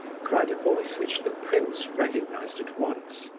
cried a voice which the prince recognized at once.